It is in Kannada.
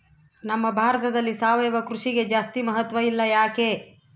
ನಮ್ಮ ಭಾರತದಲ್ಲಿ ಸಾವಯವ ಕೃಷಿಗೆ ಜಾಸ್ತಿ ಮಹತ್ವ ಇಲ್ಲ ಯಾಕೆ?